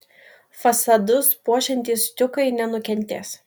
fasadus puošiantys stiukai nenukentės